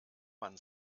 man